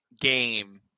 game